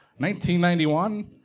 1991